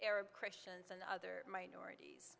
arab christians and other minorit